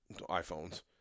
iPhones